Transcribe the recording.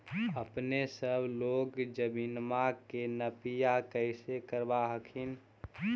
अपने सब लोग जमीनमा के नपीया कैसे करब हखिन?